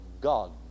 God